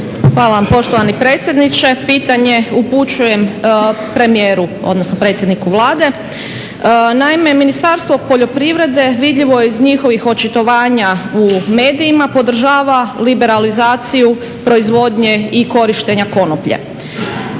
Hvala vam poštovani predsjedniče. Pitanje upućujem premijeru, odnosno predsjedniku Vlade. Naime, Ministarstvo poljoprivrede, vidljivo je iz njihovih očitovanja u medijima podržava liberalizaciju proizvodnje i korištenja konoplje.